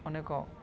ଅନେକ